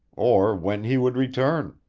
or when he would return.